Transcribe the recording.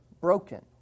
broken